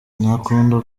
ntakunda